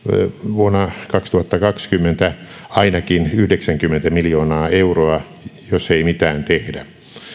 vuonna kaksituhattakaksikymmentä ainakin yhdeksänkymmentä miljoonaa euroa jos ei mitään tehdä